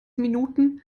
minuten